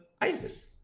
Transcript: ISIS